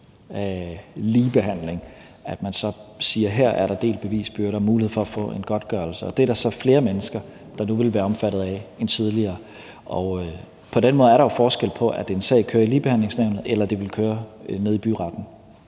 ligebehandling, at man så siger, at her er der delt bevisbyrde og mulighed for at få en godtgørelse, og det er der så flere mennesker der nu vil være omfattet af end tidligere. Og på den måde er der jo forskel på, at en sag kører i Ligebehandlingsnævnet, og at den kører nede i byretten,